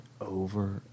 over